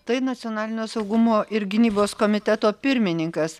tai nacionalinio saugumo ir gynybos komiteto pirmininkas